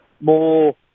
more